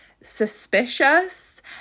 suspicious